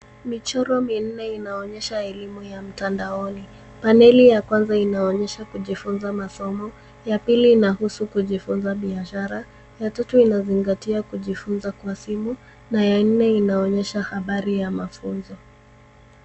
Michoo minne inaonyesha elimu ya mtandaoni. Paneli ya kwanza inaonyesha kujifunza masomo, ya pili inahusu kujifunza biashara, ya tatu inazingatia kujifunza kwa simu na ya nne inaonyesha habari ya mafunzo.